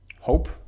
hope